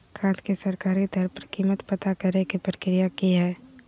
खाद के सरकारी दर पर कीमत पता करे के प्रक्रिया की हय?